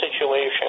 situation